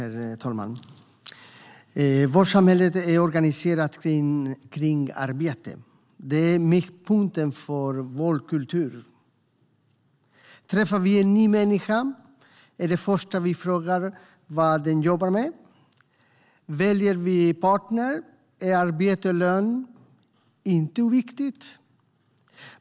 Herr talman! Vårt samhälle är organiserat kring arbete. Det är mittpunkten för vår kultur. Träffar vi en ny människa är det första vi frågar vad den jobbar med. Väljer vi partner är arbete och lön inte oviktigt.